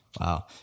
Wow